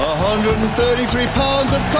hundred and thirty three lbs